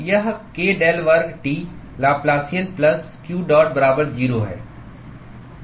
यह k del वर्ग T Laplacian plus q dot बराबर 0 है